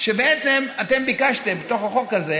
בעצם אתם ביקשתם בתוך החוק הזה,